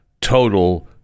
total